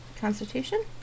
Constitution